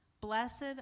Blessed